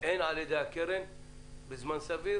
הן על ידי הקרן בזמן סביר